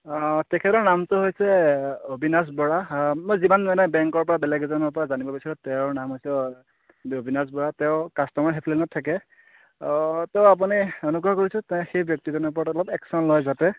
অঁ তেখেতৰ নামটো হৈছে অবিনাশ বৰা মই যিমান মানে বেংকৰ পৰা বেলেগ এজনৰ পৰা জানিব বিচাৰোঁ তেওঁৰ নাম হৈছে অবিনাশ বৰা তেওঁ কাষ্টমাৰ হেল্পলাইনত থাকে তো আপুনি অনুগ্ৰহ কৰিছোঁ তা সেই ব্যক্তিজনৰ ওপৰত অলপ একশ্যন লয় যাতে